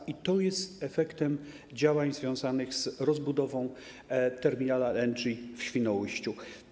I to jest efektem działań związanych z rozbudową terminala LNG w Świnoujściu.